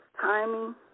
timing